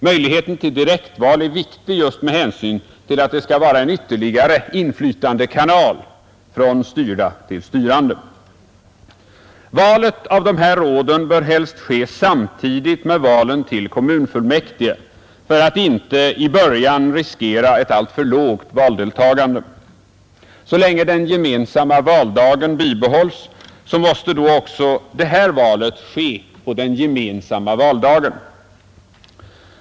Möjligheten till direktval är viktig just med hänsyn till att det skall vara en ytterligare inflytandekanal från styrda till styrande. Valet av råden bör helst ske samtidigt med valen till kommunfullmäktige för att inte i början riskera ett alltför lågt valdeltagande. Så länge den gemensamma valdagen bibehålls måste också det här valet ske på den gemensamma valdagen.